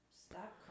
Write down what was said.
Stop